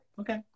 Okay